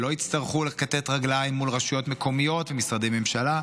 שלא יצטרכו לכתת רגליים מול רשויות מקומיות ומשרדי ממשלה.